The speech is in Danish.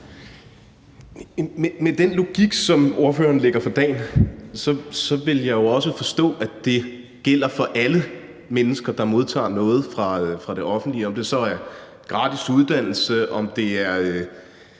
Med den logik, som ordføreren lægger for dagen, vil jeg jo også forstå, at det gælder for alle mennesker, der modtager noget fra det offentlige, om det så er gratis uddannelse, om det er